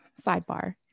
sidebar